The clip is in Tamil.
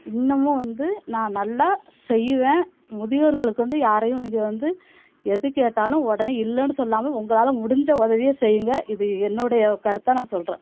இன்னமும் வந்து நான் நல்லா செய்யுவேன் முதியோர்களுக்கு வந்து யாரையும் நீங்கள் வந்து எது கேட்டாலும் உடனே இல்லைன்னு சொல்லாமல் உங்களால் முடிஞ்ச உதவிய செய்யுங்க இது என்னுடைய கருத்தாக நான் சொல்லுறேன்